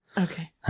okay